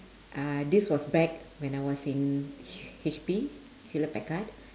uh this was back when I was in HP Hewlett-Packard